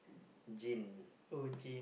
gin